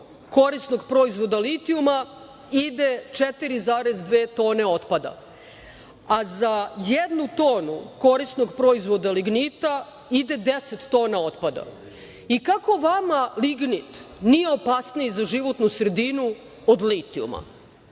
korisnog proizvoda litijuma ide 4,2 tone otpada, a za jednu tona korisnog proizvoda lignita ide deset tona otpada. I, kako vama lignit nije opasniji za životnu sredinu od litijuma?